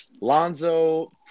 Lonzo